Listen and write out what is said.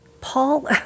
Paul